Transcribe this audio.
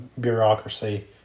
bureaucracy